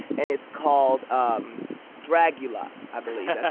and it's called um dragula, i believe. yeah